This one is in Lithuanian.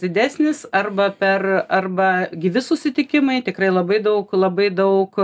didesnis arba per arba gyvi susitikimai tikrai labai daug labai daug